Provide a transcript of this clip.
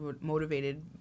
motivated